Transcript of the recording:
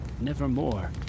nevermore